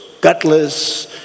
gutless